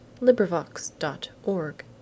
Librivox.org